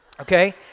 okay